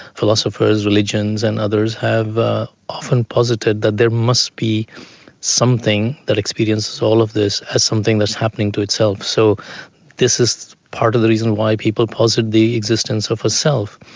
philosophers, religions and others, have often posited that there must be something that experiences all of this as something that is happening to itself. so this is part of the reason why people posit the existence of the self.